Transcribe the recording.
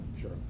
sure